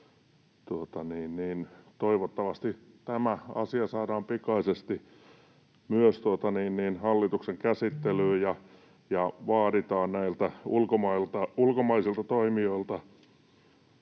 Toivottavasti tämä asia saadaan pikaisesti myös hallituksen käsittelyyn ja vaaditaan näiltä ulkomaisilta toimijoilta